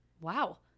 wow